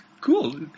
Cool